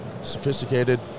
sophisticated